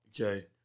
okay